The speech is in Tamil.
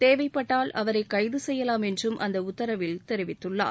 தேவைப்பட்டால் அவரை கைது செய்யலாம் என்றும் அந்த உத்தரவில் தெரிவித்துள்ளார்